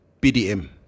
PDM